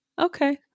Okay